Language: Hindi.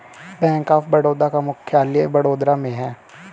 बैंक ऑफ बड़ौदा का मुख्यालय वडोदरा में है